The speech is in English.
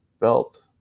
belt